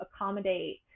accommodate